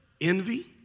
Envy